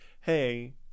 Hey